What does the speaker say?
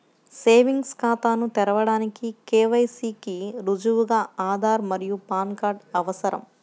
savings ఖాతాను తెరవడానికి KYC కి రుజువుగా ఆధార్ మరియు పాన్ కార్డ్ అవసరం